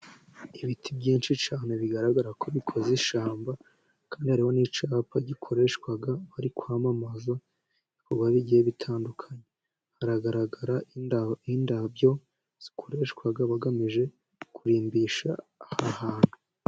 Ibiti byinshi cyane bigaragara ko bikoze ishyamba, kandi hari n'icyapa gikoreshwa bari kwamamaza ku bikorwa bigiye bitandukanye, haragaragara indabyo zikoreshwa bagamije kurimbisha aha hantu.